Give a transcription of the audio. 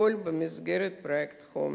זה הכול במסגרת פרויקט חומש.